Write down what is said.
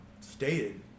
stated